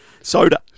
Soda